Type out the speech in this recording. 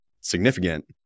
significant